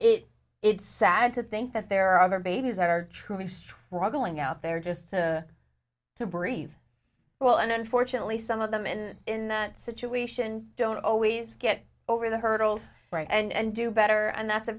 it it's sad to think that there are other babies that are truly struggling out there just to to breathe well and unfortunately some of them in in that situation don't always get over the hurdles and do better and that's a